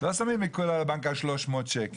לא שמים עיקול על הבנק על 300 שקל.